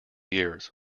years